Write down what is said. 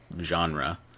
genre